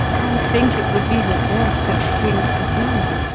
i think it would be the death of the king's disease.